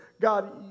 God